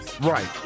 right